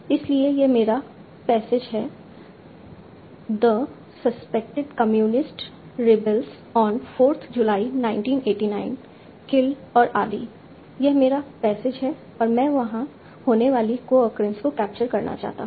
इसलिए यह मेरा पैसेज है the suspected communist rebels on 4th July 1989 killed और आदि यह मेरा पैसेज है और मैं वहां होने वाली कोअक्रेंस को कैप्चर करना चाहता हूं